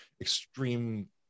extreme